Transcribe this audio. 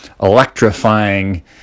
electrifying